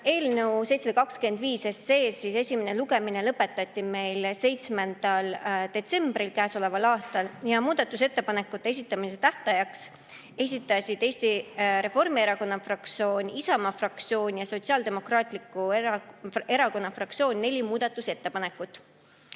Eelnõu 725 esimene lugemine lõpetati 7. detsembril käesoleval aastal. Muudatusettepanekute esitamise tähtajaks esitasid Eesti Reformierakonna fraktsioon, Isamaa fraktsioon ja Sotsiaaldemokraatliku Erakonna fraktsioon neli muudatusettepanekut.